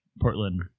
Portland